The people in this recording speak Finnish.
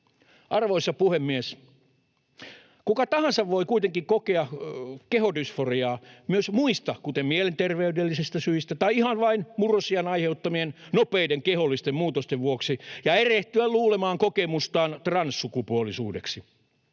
Arvoisa puhemies! Kuka tahansa voi kuitenkin kokea kehodysforiaa myös muista syistä, kuten mielenterveydellisistä syistä tai ihan vain murrosiän aiheuttamien nopeiden kehollisten muutosten vuoksi, ja erehtyä luulemaan kokemustaan transsukupuolisuudeksi.